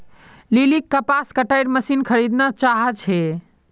लिलीक कपास कटाईर मशीन खरीदना चाहा छे